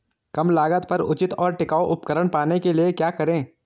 कम लागत पर उचित और टिकाऊ उपकरण पाने के लिए क्या करें?